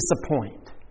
disappoint